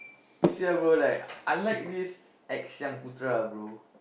you see ah bro like unlike these X-Yung-Putra ah bro